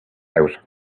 out